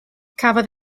cafodd